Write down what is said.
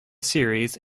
series